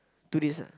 two days ah